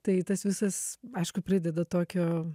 tai tas visas aišku prideda tokio